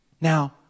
Now